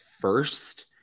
first